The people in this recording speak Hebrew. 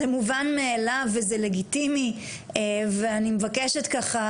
זה מובן מאליו וזה לגיטימי ואני מבקשת ככה,